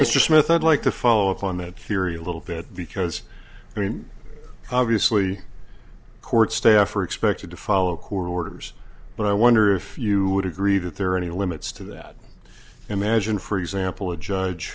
method like to follow up on that curious little bit because i mean obviously court staff are expected to follow court orders but i wonder if you would agree that there are any limits to that imagine for example a judge